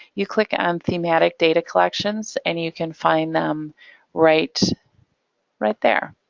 you click on thematic data collections, and you can find them right right there.